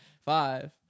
Five